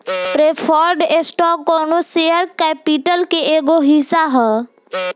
preferred stock कौनो share capital के एगो हिस्सा ह